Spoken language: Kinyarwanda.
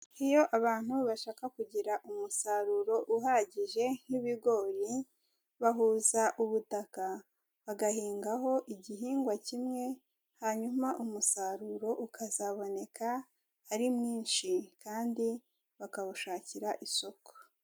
Iyo abantu bashaka kugira umusaruro uhagije nk'ibigori bahuza ubutaka bagahingaho igihingwa kimwe hanyuma umusaruro ukazaboneka ari mwinshi kandi bakawushakira isoko.